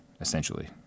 essentially